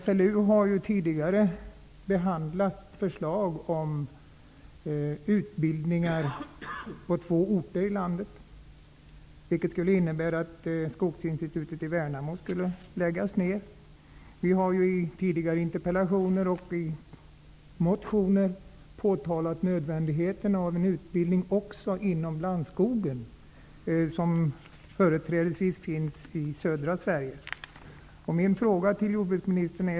SLU har tidigare behandlat förslag om utbildningar på två orter i landet. Det skulle innebära att tidigare interpellationer och motioner har vi påtalat nödvändigheten av en utbildning också inom lantskogen, som företrädesvis finns i södra Sverige.